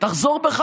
תחזור בך